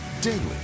daily